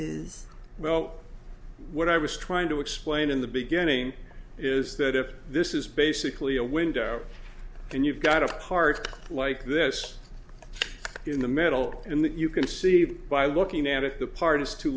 s well what i was trying to explain in the beginning is that if this is basically a window and you've got a part like this in the middle in that you can see that by looking at it the part is too